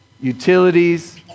utilities